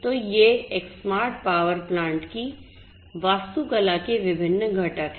तो ये एक स्मार्ट पावर प्लांट की वास्तुकला के विभिन्न घटक हैं